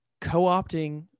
co-opting